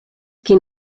qui